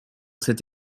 cette